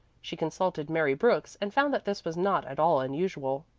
she consulted mary brooks and found that this was not at all unusual.